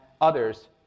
others